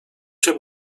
się